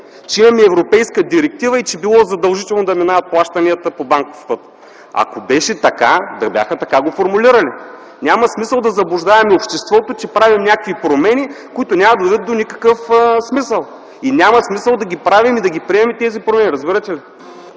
че имаме европейска директива и че било задължително плащанията да минават по банков път. Ако беше така, да бяха го формулирали така. Няма смисъл да заблуждаваме обществото, че правим някакви промени, които няма да доведат до никакъв смисъл. Няма смисъл да правим и да приемаме тези промени, разбирате ли?